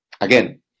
Again